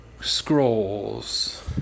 scrolls